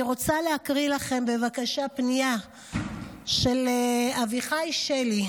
אני רוצה להקריא לכם בבקשה פנייה של אביחי שלי.